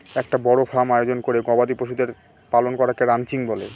একটা বড় ফার্ম আয়োজন করে গবাদি পশুদের পালন করাকে রানচিং বলে